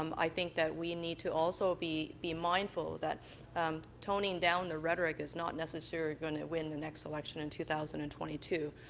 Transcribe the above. um i think that we need to also be be mindful that um tonng and down the rhetoric is not necessarily going to win the next election in two thousand and twenty two.